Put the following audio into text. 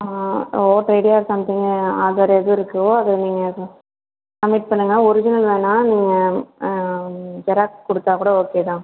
ah voter ID or something Aadhaar வேறு எது இருக்கோ அதை நீங்கள் சப்மிட் பண்ணுங்கள் ஒரிஜினல் வேணாலும் நீங்கள் ஜெராக்ஸ் கொடுத்தா கூட ஓகே தான்